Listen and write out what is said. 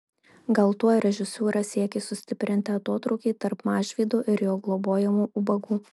gal tuo režisūra siekė sustiprinti atotrūkį tarp mažvydo ir jo globojamų ubagų